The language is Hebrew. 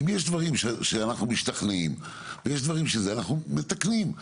אם יש פרטים שאנחנו משתכנעים בהם אנחנו מתקנים.